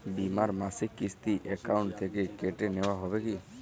বিমার মাসিক কিস্তি অ্যাকাউন্ট থেকে কেটে নেওয়া হবে কি?